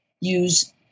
use